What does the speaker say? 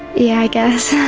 yeah, i guess.